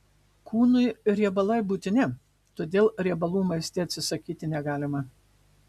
kūnui riebalai būtini todėl riebalų maiste atsisakyti negalima